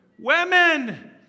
Women